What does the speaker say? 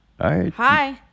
Hi